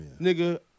Nigga